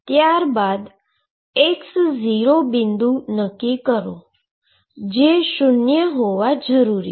ત્યારબાદ x 0 બિંદુ નક્કી કરો જે શુન્ય હોવો જરુરી છે